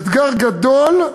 אתגר גדול,